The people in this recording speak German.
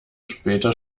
später